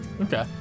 Okay